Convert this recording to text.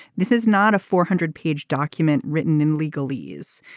this is not a four hundred page document written in legal legal fees.